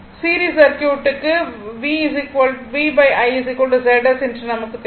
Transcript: series சர்க்யூட்டுக்கு V I Z S என்று நமக்கு தெரியும்